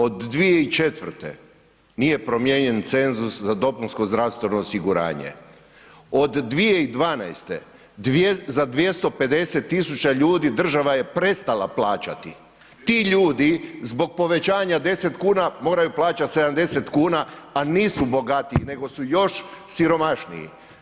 Od 2004. nije promijenjen cenzus za dopunsko zdravstveno osiguranje, od 2012. za 250.000 tisuća ljudi država je prestala plaćati, ti ljudi zbog povećanja 10 kuna moraju plaćati 70 kuna, a nisu bogatiji nego su još siromašniji.